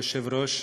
כבוד היושב-ראש,